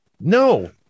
No